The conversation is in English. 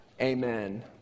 Amen